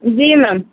جی میم